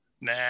Nah